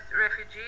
refugee